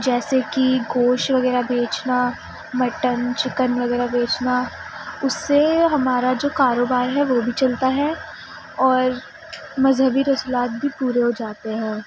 جیسے کہ گوشت وغیرہ بیچنا مٹن چکن وغیرہ بیچنا اس سے ہمارا جو کاروبار ہے وہ بھی چلتا ہے اور مذہبی رسومات بھی پورے ہو جاتے ہیں